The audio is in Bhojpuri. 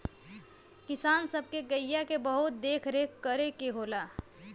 किसान सब के गइया के बहुत देख रेख करे के होला